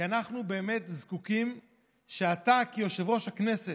כי אנחנו באמת זקוקים שאתה כיושב-ראש הכנסת,